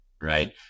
Right